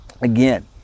Again